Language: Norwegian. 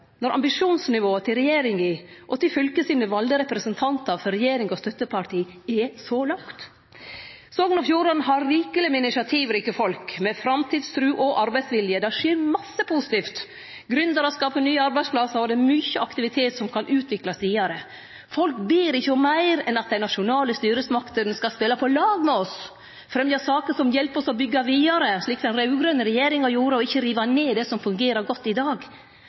når ambisjonsnivået til regjeringa og til fylkets valde representantar for regjerings- og støtteparti er så lågt? Sogn og Fjordane har rikeleg med initiativrike folk med framtidstru og arbeidsvilje. Det skjer mykje positivt. Gründarar skaper nye arbeidsplassar, og det er mykje aktivitet som kan utviklast vidare. Folk ber ikkje om meir enn at dei nasjonale styresmaktene skal spele på lag med dei, fremje saker som hjelper dei å byggje vidare, slik den raud-grøne regjeringa gjorde – og ikkje rive ned det som fungerer godt i dag.